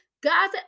God